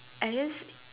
I just